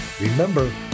Remember